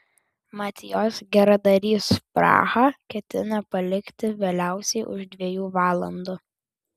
mat jos geradarys prahą ketina palikti vėliausiai už dviejų valandų